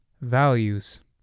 values